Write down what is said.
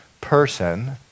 person